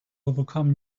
overcome